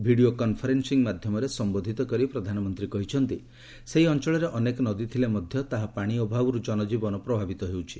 video conferencing ମାଧ୍ୟମରେ ସମ୍ବୋଧିତ କରି ପ୍ରଧାନମନ୍ତ୍ରୀ କହିଛନ୍ତି ସେହି ଅଞ୍ଚଳରେ ଅନେକ ନଦୀ ଥିଲେ ମଧ୍ୟ ତାହା ପାଣି ଅଭାବରୁ ଜନଜୀବନ ପ୍ରଭାବିତ ହେଉଛି